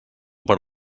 per